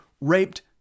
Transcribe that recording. raped